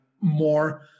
more